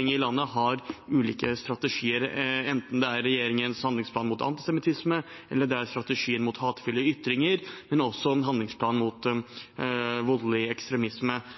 i landet, har ulike strategier, enten det er regjeringens handlingsplan mot antisemittisme, det er strategier mot hatefulle ytringer, eller det er en handlingsplan mot voldelig ekstremisme –